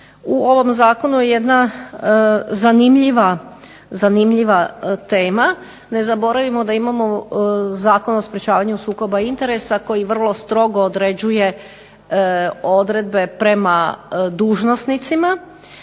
u ovom zakonu je jedna zanimljiva tema. Ne zaboravimo da imamo Zakon o sprečavanju sukoba interesa koji vrlo strogo određuje odredbe prema dužnosnicima.